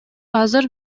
азыр